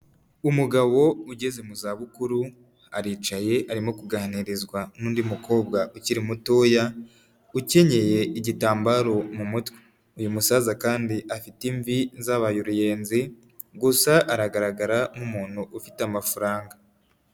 Umugabo ugeze mu zabukuru, aricaye arimo kuganirizwa n'undi mukobwa ukiri mutoya, ukenyeye igitambaro mu mutwe. Uyu musaza kandi afite imvi zabaye uruyenzi, gusa aragaragara nk'umuntu ufite amafaranga.